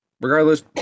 regardless